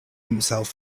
himself